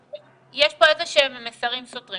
אבל יש פה איזה שהם מסרים סותרים,